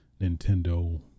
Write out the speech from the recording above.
Nintendo